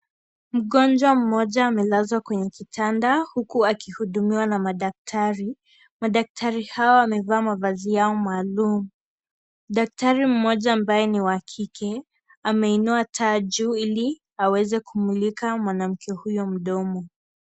Mgonjwa mmoja amelazwa kwenye kitanda huku akihudumiwa na madaktari. Madaktari hao wamevaa mavazi maalum. Daktari mmoja ambaye ni wa kike ameinua taa juu ili aweze kumulika mwanamke huyo mdomo.